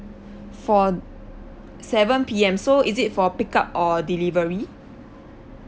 for seven P_M so is it for pick up or delivery